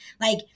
Like-